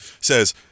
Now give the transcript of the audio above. says